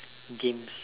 games